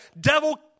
devil